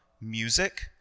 music